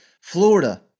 Florida